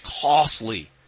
costly